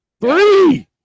three